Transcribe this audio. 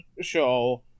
show